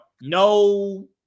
no